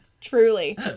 Truly